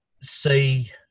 see